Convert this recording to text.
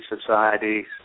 societies